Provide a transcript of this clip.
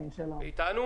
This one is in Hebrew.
גולדברג,